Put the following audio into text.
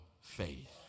faith